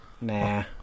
Nah